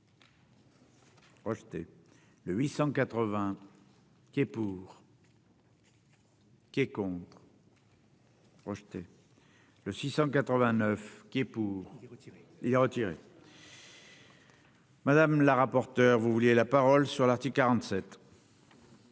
le 800 81. Qui est pour, qui est contre. Le 689 qui est pour retirer, il a retiré. Madame la rapporteure, vous vouliez la parole sur l'article 47.